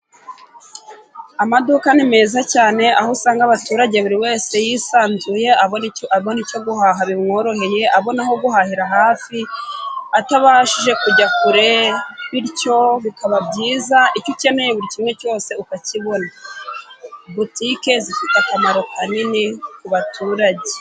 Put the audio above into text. Amaduka ni meza cyane aho usanga abaturage buri wese yisanzuye abona icyo abona cyo guhaha bimworoheye abona aho guhahira hafi atabashije kujya kure bityo bikaba byiza icyo ukeneye buri kimwe cyose ukakibona. Botike zifite akamaro kanini kubaturage.